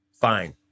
fine